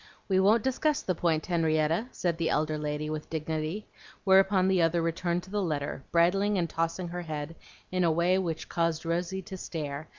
we won't discuss the point, henrietta, said the elder lady with dignity whereupon the other returned to the letter, bridling and tossing her head in a way which caused rosy to stare,